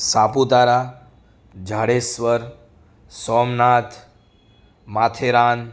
Saputara Jadeshwar Somnath Matheran